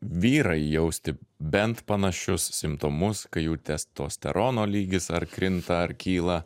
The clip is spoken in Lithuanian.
vyrai jausti bent panašius simptomus kai jų testosterono lygis ar krinta ar kyla